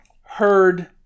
heard